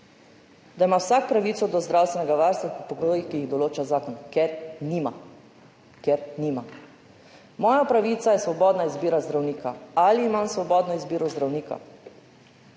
da ima vsak pravico do zdravstvenega varstva po pogojih, ki jih določa zakon, ker nima. Ker nima. Moja pravica je svobodna izbira zdravnika. Ali imam svobodno izbiro zdravnika?